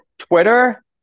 Twitter